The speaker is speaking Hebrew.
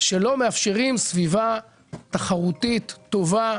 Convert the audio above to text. שלא מאפשרים סביבה תחרותית טובה,